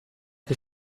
che